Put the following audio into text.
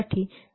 8 आहे